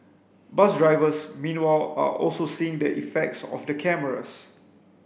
bus drivers meanwhile are also seeing the effects of the cameras